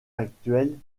actuels